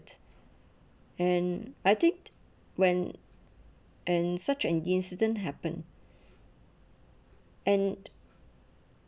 and I think when and such an incident happen and